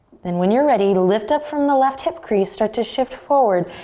then when you're ready, lift up from the left hip crease, start to shift forward.